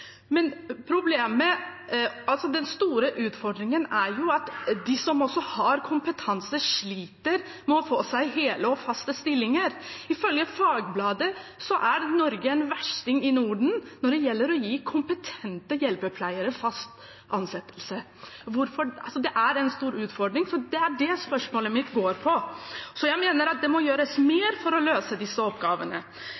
de som har kompetanse, sliter med å få seg hele og faste stillinger. Ifølge Fagbladet er Norge en versting i Norden når det gjelder å gi kompetente hjelpepleiere fast ansettelse. Det er en stor utfordring, og det er det spørsmålet mitt går på. Jeg mener det må gjøres